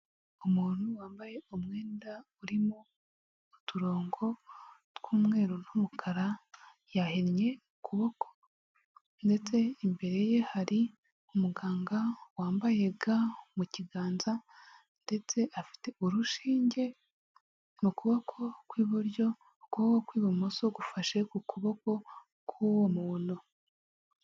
Umuntu wambaye umwenda urimo uturongo tw'umweru n'umukara yahinnye ukuboko ndetse imbere ye hari umuganga wambaye ga mu kiganza ndetse afite urushinge mu kuboko kw'iburyo ukuboko kw'ibumoso gufashe ku kuboko k'uwo muntu.